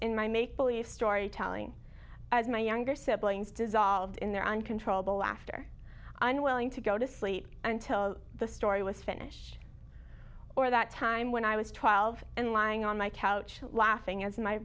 in my make believe story telling as my younger siblings dissolved in their uncontrollable laughter unwilling to go to sleep until the story was finished or that time when i was twelve and lying on my couch laughing as my